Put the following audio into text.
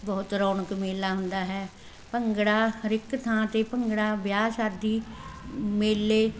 ਬਹੁਤ ਰੌਣਕ ਮੇਲਾ ਹੁੰਦਾ ਹੈ ਭੰਗੜਾ ਹਰ ਇੱਕ ਥਾਂ 'ਤੇ ਭੰਗੜਾ ਵਿਆਹ ਸ਼ਾਦੀ ਮੇਲੇ